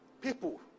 People